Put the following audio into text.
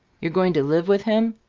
you're going to live with him,